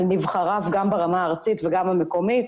על נבחריו גם ברמה הארצית וגם המקומית.